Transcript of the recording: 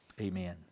Amen